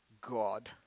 God